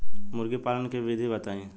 मुर्गी पालन के विधि बताई?